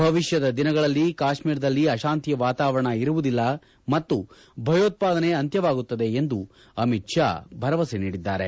ಭವಿಷ್ಣದ ದಿನಗಳಲ್ಲಿ ಕಾಶ್ನೀರದಲ್ಲಿ ಆಶಾಂತಿಯ ವಾತಾವರಣ ಇರುವುದಿಲ್ಲ ಮತ್ತು ಭಯೋತ್ವಾದನೆ ಅಂತ್ಯವಾಗುತ್ತದೆ ಎಂದು ಅಮಿತ್ ಶಾ ಭರವಸೆ ನೀಡಿದ್ದಾರೆ